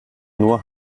nur